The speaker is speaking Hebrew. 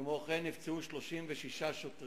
כמו כן, נפצעו 36 שוטרים,